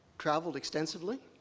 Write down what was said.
traveled extensively.